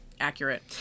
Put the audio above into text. accurate